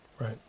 right